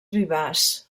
vivaç